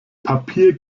papier